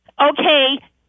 okay